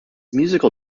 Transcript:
musical